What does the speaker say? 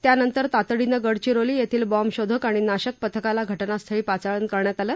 त्यानंतर तातडीनं गडचिरोली येथील बॅम्ब शोधक आणि नाशक पथकाला घटनास्थळी पाचारण करण्यात आलं